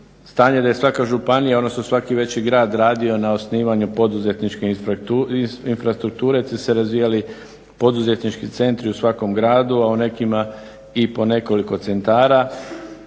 stanje da je svaka županije, odnosno svaki veći grad radio na osnivanju poduzetničke infrastrukture te se razvijali poduzetnički centri u svakom gradu, a u nekima i po nekoliko centara.